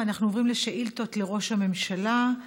ואנחנו עוברים לשאילתות לראש הממשלה.